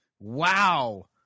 Wow